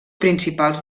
principals